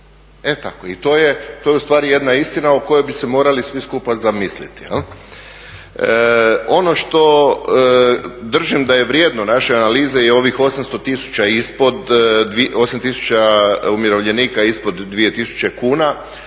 riznice i to je ustvari jedna istina o kojoj bi se morali svi skupa zamisliti. Ono što držim da je vrijedno naše analize je ovih 8 tisuća umirovljenika ispod 2000 kuna,